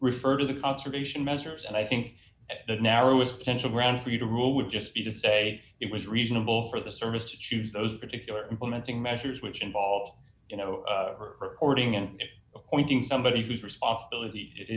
refer to the conservation measures and i think the narrowest kensho ground for you to rule would just be to say it was reasonable for the service to choose those particular implementing measures which involve you know ordering and appointing somebody whose responsibility i